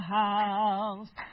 house